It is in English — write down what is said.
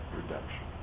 redemption